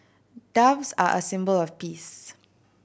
doves are a symbol of peace